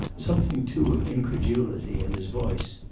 something, too, of incredulity, in his voice.